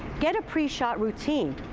get a pre-shot routine.